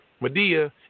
Medea